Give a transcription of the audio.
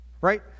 right